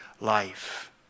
life